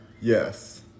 Yes